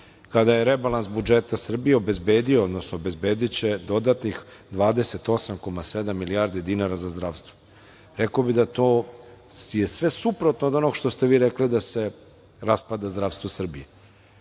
kada je rebalans budžeta Srbije obezbedio, odnosno obezbediće dodatnih 28,7 milijardi dinara za zdravstvo. Rekao bih da je to sve suprotno od onoga što ste vi rekli da se raspada zdravstvo Srbije,